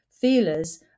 Feelers